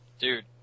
dude